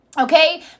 okay